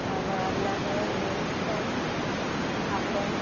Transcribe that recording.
আৰু ল'ৰাবিলাকে jeans pant half pant